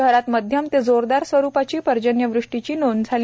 शहरात मध्यम ते जोरसार स्वरूपाची पर्जन्यवृष्टीची नोंद झाली